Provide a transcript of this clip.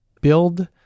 build